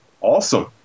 Awesome